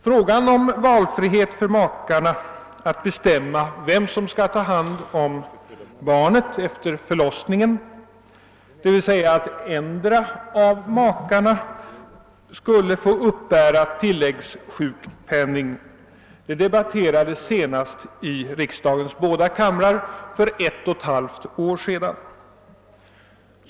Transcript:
Frågan om valfrihet för makarna att bestämma vem som skall ta hand om barnet efter förlossningen, dvs. att endera av makarna skulle få uppbära tillläggssjukpenning, debatterades senast i riksdagens båda kamrar för ett och ett halvt år sedan.